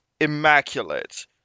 immaculate